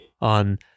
on